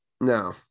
No